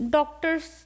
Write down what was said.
Doctors